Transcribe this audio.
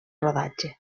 rodatge